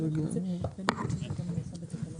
טל פוקס מטעם משרד הבריאות תגיד כמה הבהרות.